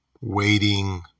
waiting